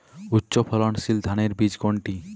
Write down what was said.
উচ্চ ফলনশীল ধানের বীজ কোনটি?